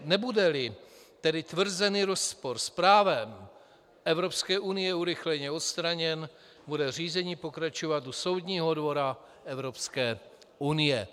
Nebudeli tedy tvrzený rozpor s právem Evropské unie urychleně odstraněn, bude řízení pokračovat u Soudního dvora Evropské unie.